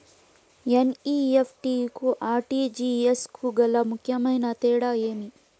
NEFT కు RTGS కు గల ముఖ్యమైన తేడా ఏమి?